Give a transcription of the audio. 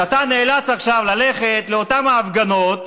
אז אתה נאלץ עכשיו ללכת לאותן ההפגנות,